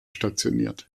stationiert